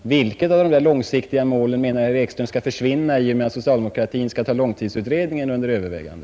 Vilket av dessa långsiktiga mål menar herr Ekström skall avskaffas i och med att socialdemokratin skall ta långtidsutredningen under övervägande?